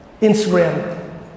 Instagram